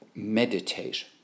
meditate